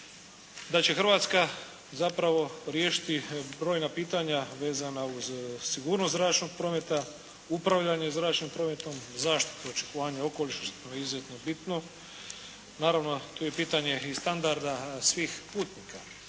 da će Hrvatska zapravo riješiti brojna pitanja vezana uz sigurnost zračnog prometa, upravljanje zračnim prometom, zaštitu očuvanja okoliša što je izuzetno bitno. Naravno, tu je i pitanje standarda svih putnika.